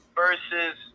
versus